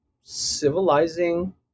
civilizing